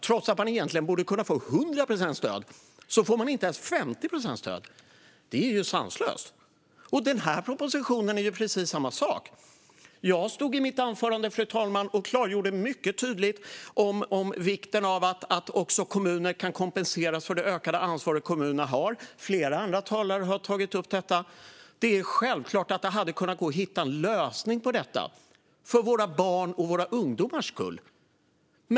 Trots att man egentligen borde kunna få 100 procents stöd får man inte ens 50 procents stöd. Det är ju sanslöst! Och det är precis samma sak med den här propositionen. Jag klargjorde mycket tydligt i mitt anförande, fru talman, vikten av att kommunerna kan kompenseras för det ökade ansvar dessa har. Flera andra talare har tagit upp detta. Det är självklart att det hade kunnat gå att hitta en lösning på detta, för våra barns och våra ungdomars skull.